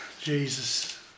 Jesus